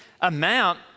amount